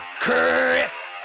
Chris